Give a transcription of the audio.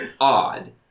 Odd